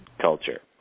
culture